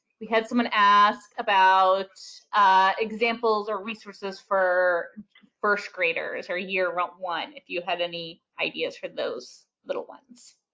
we had someone ask about examples or resources for first graders or year one if you had any ideas for those little ones.